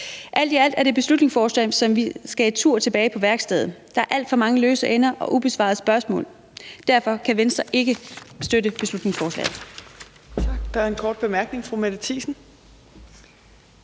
Alt i alt er det et beslutningsforslag, som skal en tur tilbage på værkstedet. Der er alt for mange løse ender og ubesvarede spørgsmål. Derfor kan Venstre ikke støtte beslutningsforslaget.